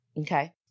Okay